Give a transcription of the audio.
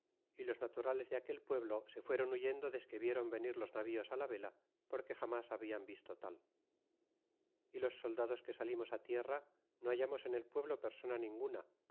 y los naturales de aquel pueblo se fueron huyendo desque vieron venir los navíos á la vela porque jamas habian visto tal y los soldados que salimos át tierra no hallamos en el pueblo persona ninguna